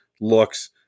looks